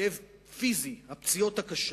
כאב פיזי, הפציעות הקשות,